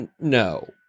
no